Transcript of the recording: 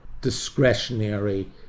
discretionary